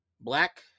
black